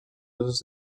usos